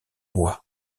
bois